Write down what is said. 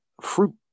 fruit